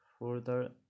further